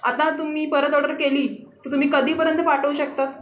आता तुम्ही परत ऑर्डर केली तर तुम्ही कधीपर्यंत पाठवू शकता